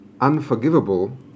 Unforgivable